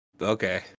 Okay